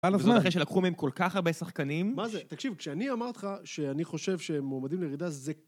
וזאת אחרי שלקחו מהם כל כך הרבה שחקנים מה זה? תקשיב, כשאני אמרתי לך שאני חושב שהם מועמדים לירידה זה...